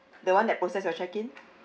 the [one] that processed your check in